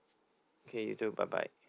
okay you too bye bye